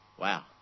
Wow